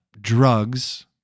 drugs